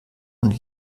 und